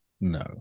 No